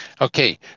okay